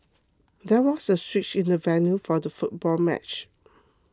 there was a switch in the venue for the football match